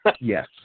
Yes